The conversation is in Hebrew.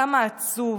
כמה עצוב,